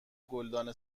گلدان